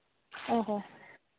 ᱚ ᱦᱚ